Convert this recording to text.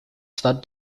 stud